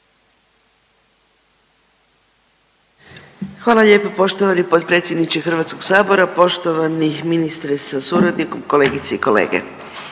Zahvaljujem poštovani potpredsjedniče HS. Poštovani ministre sa suradnikom, kolegice i kolege,